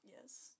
Yes